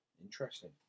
Interesting